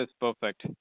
perfect